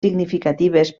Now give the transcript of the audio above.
significatives